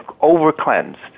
over-cleansed